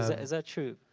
is that true?